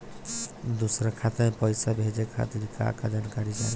दूसर खाता में पईसा भेजे के खातिर का का जानकारी चाहि?